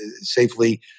safely